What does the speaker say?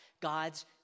God's